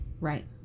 Right